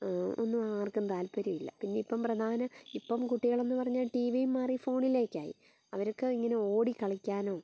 ഒന്നും ആർക്കും താൽപര്യമില്ല പിന്നെ ഇപ്പം പ്രധാനം ഇപ്പം കുട്ടികളെന്ന് പറഞ്ഞാൽ ടി വിയും മാറി ഫോണിലേക്കായി അവർക്ക് ഇങ്ങനെ ഓടി കളിക്കാനും